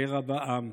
קרע בעם.